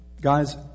Guys